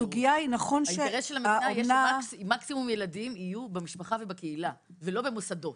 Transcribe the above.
האינטרס של המדינה שמקסימום ילדים יהיו במשפחה ובקהילה ולא במוסדות